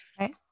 okay